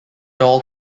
all